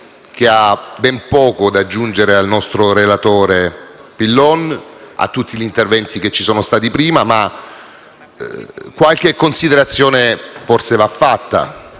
Grazie,